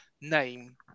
name